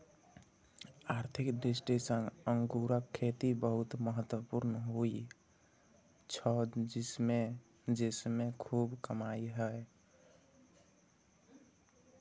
आर्थिक दृष्टि सं अंगूरक खेती बहुत महत्वपूर्ण होइ छै, जेइमे खूब कमाई छै